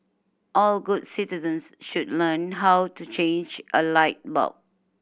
all good citizens should learn how to change a light bulb